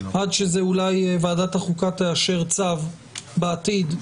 עד שאולי ועדת החוקה תאשר צו בעתיד,